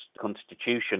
constitution